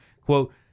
quote